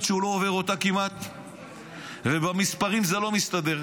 שהוא לא עובר אותה כמעט ובמספרים זה לא מסתדר,